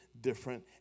different